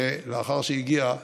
ולאחר שהגיע,